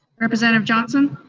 representative johnson?